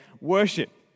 worship